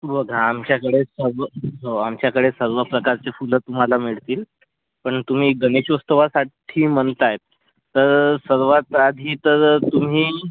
बघा आमच्याकडे सर्व हो आमच्याकडे सर्व प्रकारचे फुलं तुम्हाला मिळतील पण तुम्ही गणेश उत्सवासाठी म्हणता आहेत तर सर्वात आधी तर तुम्ही